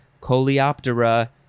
coleoptera